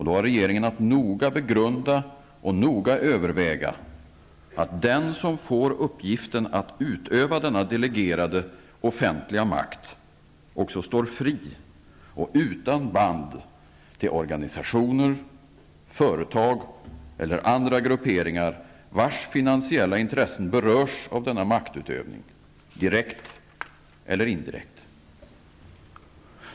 Då har regeringen att noga begrunda och noga överväga att den som får uppgiften att utöva denna delegerade offentliga makt också står fri och utan band till organisationer, företag eller andra grupperingar, vilkas finansiella intressen berörs av maktutövningen, direkt eller indirekt.